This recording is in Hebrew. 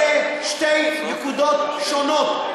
אלה שתי נקודות שונות.